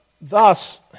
Thus